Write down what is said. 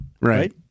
Right